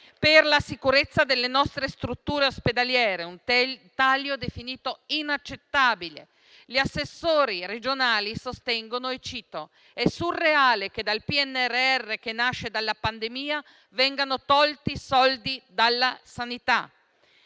per la sicurezza delle nostre strutture ospedaliere. È un taglio definito inaccettabile. Gli assessori regionali sostengono - e li cito - che è surreale che dal PNRR che nasce dalla pandemia vengano tolti soldi alla sanità.